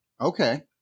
Okay